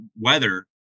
weather